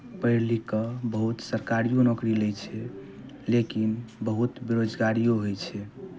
पढ़ि लिखि कऽ बहुत सरकारियो नौकरी लै छै लेकिन बहुत बेरोजगारियो होइ छै